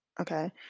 okay